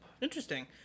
Interesting